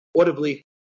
audibly